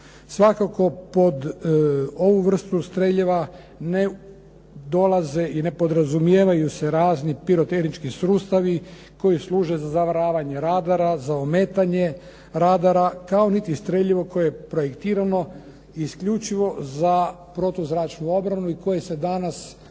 Svakako, pod ovu vrstu streljiva ne dolaze i ne podrazumijevaju se razni pirotehnički sustavi koji služe za zavaravanje radara, za ometanje radara, kao niti streljivo koje je projektirano isključivo za protuzračnu obranu i koji se danas